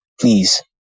Please